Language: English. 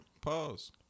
Pause